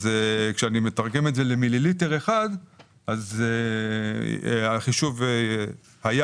כשאני מתרגם את זה למיליליטר אחד, החישוב היה